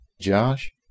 Josh